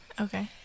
okay